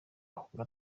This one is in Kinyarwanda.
ahunga